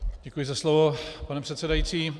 Děkuji za slovo, pane předsedající.